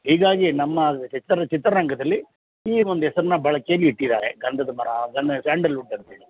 ಹೀಗಾಗಿ ನಮ್ಮ ಚಿತ್ರ ಚಿತ್ರರಂಗದಲ್ಲಿ ಈ ಒಂದು ಹೆಸ್ರನ್ನ ಬಳಕೆಯಲ್ಲಿ ಇಟ್ಟಿದ್ದಾರೆ ಗಂಧದ ಮರ ಅದನ್ನೇ ಸ್ಯಾಂಡಲ್ವುಡ್ ಅಂತೇಳಿ